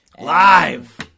Live